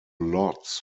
lots